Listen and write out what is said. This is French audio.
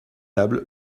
table